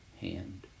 hand